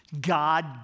God